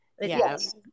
Yes